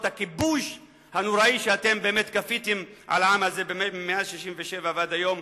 הכיבוש הנוראי שאתם כפיתם על העם הזה מאז 67' ועד היום,